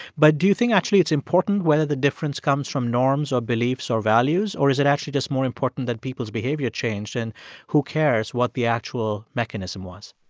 but do you think, actually, it's important important whether the difference comes from norms or beliefs or values? or is it actually just more important that people's behavior changed, and who cares what the actual mechanism was?